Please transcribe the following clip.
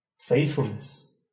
Faithfulness